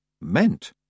Meant